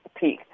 peak